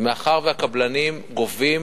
ומאחר והקבלנים גובים